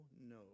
no